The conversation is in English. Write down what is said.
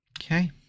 Okay